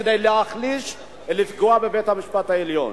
כדי להחליש ולפגוע בבית-המשפט העליון.